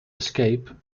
escape